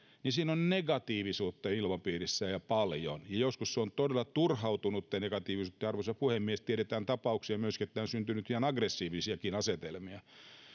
siinä on negatiivisuutta ilmapiirissä ja paljon ja joskus se on todella turhautunutta negatiivisuutta arvoisa puhemies tiedetään tapauksia myöskin että on syntynyt ihan aggressiivisiakin asetelmia